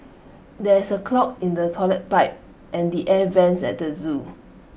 there is A clog in the Toilet Pipe and the air Vents at the Zoo